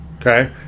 Okay